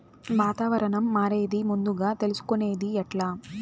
వాతావరణం మారేది ముందుగా తెలుసుకొనేది ఎట్లా?